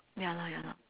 ya lor ya lor